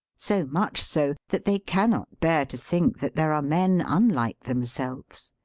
so much so that they cannot bear to think that there are men unlike themselves.